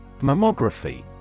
Mammography